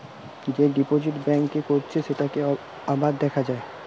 যে deposit bank এ করেছে সেটাকে আবার দেখা যায়